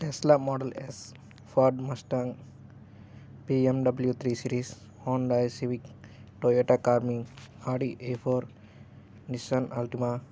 Tesla Model S Ford Mustang BMW three series Hyundai Civic Toyota Camry Audi A four Nissan Altima